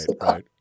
right